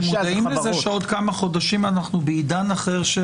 אתם מודעים שעוד כמה חודשים אנחנו בעידן של אחר של מסירה.